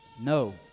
No